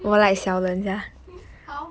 how